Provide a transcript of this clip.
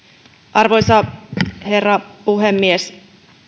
arvoisa herra puhemies